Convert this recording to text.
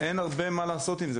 כך שאין הרבה מה לעשות עם זה,